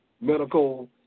medical